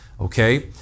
Okay